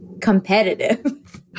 competitive